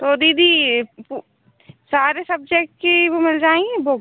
तो दीदी सारे सब्जेक्ट की वो मिल जाएँगी बुक